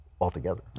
altogether